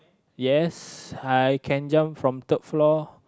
yes I can jump from third floor